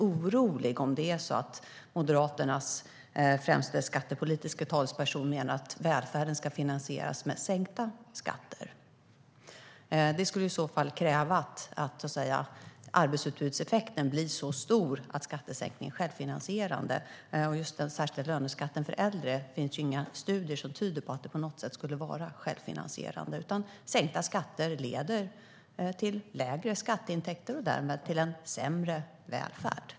Om Moderaternas främste skattepolitiske talesperson menar att välfärden ska finansieras genom sänkta skatter blir jag väldigt orolig. Då skulle arbetsutbudseffekten behöva bli så stor att skattesänkning är självfinansierande. Det finns inga studier som tyder på att just den särskilda löneskatten för äldre skulle vara självfinansierande på något sätt. Sänkta skatter leder till lägre skatteintäkter och därmed till sämre välfärd.